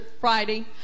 Friday